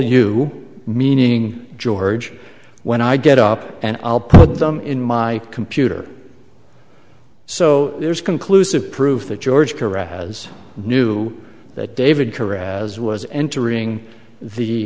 you meaning george when i get up and i'll put them in my computer so there is conclusive proof that george correct has knew that david career has was entering the